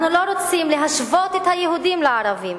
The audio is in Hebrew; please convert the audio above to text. אנחנו לא רוצים להשוות את היהודים לערבים